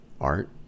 art